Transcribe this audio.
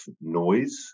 noise